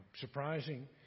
surprising